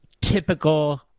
typical